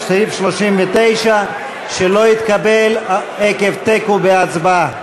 סעיף 39 לשנת 2015,